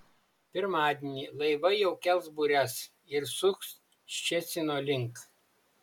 pirmadienį laivai jau kels bures ir suks ščecino link